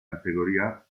categoria